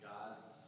God's